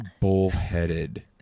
bullheaded